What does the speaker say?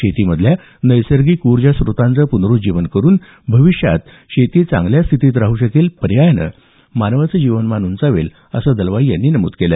शेतीमधल्या नैसर्गिक उर्जा स्रोतांचं प्नरुज्जीवन करुन भविष्यात शेती चांगल्या स्थितीत राहू शकेल पर्यायानं मानवाच जीवनमान उंचावेल असं दलवाई यांनी नमूद केलं